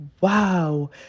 wow